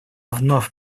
вновь